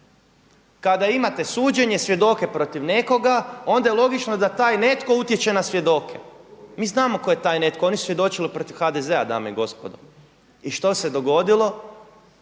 Kada imate suđenje svjedoke protiv nekoga onda je logično da taj neko utječe na svjedoke. Mi znamo ko je taj netko oni su svjedočili protiv HDZ-a dame i gospodo. I što se dogodilo?